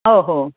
हो हो